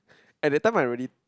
at that time I really